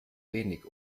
wenig